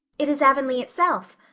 it is avonlea itself.